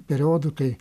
periodu kai